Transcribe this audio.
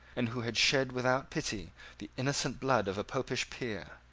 and who had shed without pity the innocent blood of a popish peer,